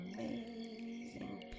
Amazing